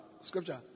scripture